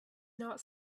not